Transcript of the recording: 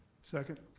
second.